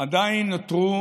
עדיין נותרו